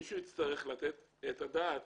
מישהו יצטרך לתת את הדעת